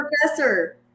professor